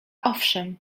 owszem